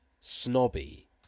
snobby